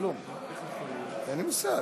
אם רק הייתי יודע מה הנושא